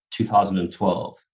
2012